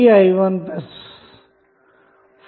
httpstranslate